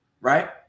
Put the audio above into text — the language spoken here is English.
right